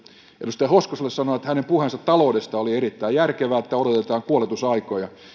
edustaja hoskoselle sanon että hänen puheensa taloudesta oli erittäin järkevä että odotetaan kuoletusaikoja